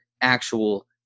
actual